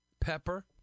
pepper